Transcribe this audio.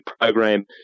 program